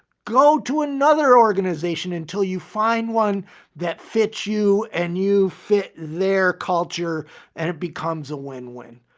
go to another organization until you find one that fits you and you fit their culture and it becomes a win win.